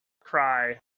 cry